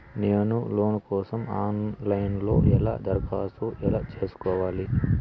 నేను లోను కోసం online లో ఎలా దరఖాస్తు ఎలా సేసుకోవాలి?